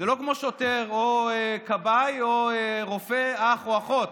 זה לא כמו שוטר או כבאי או רופא, אח או אחות,